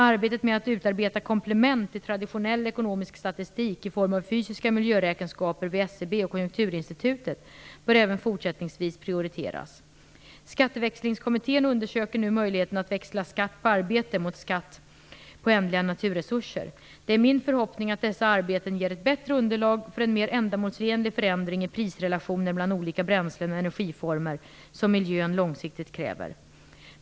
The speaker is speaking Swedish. Arbetet med att utarbeta komplement till traditionell ekonomisk statistik i form av fysiska miljöräkenskaper vid SCB och Konjunkturinstitutet bör även fortsättningsvis prioriteras. Skatteväxlingskommittén undersöker nu möjligheten att växla skatt på arbete mot skatt på ändliga naturresurser. Det är min förhoppning att dessa arbeten ger ett bättre underlag för en mer ändamålsenlig förändring i prisrelationer mellan olika bränslen och energiformer som miljön långsiktigt kräver.